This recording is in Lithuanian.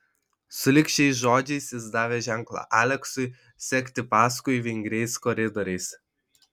sulig šiais žodžiais jis davė ženklą aleksui sekti paskui vingriais koridoriais